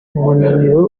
umunaniro